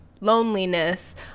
loneliness